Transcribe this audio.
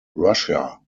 russia